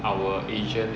our asian